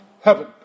heaven